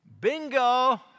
Bingo